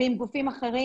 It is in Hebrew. ועם גופים אחרים.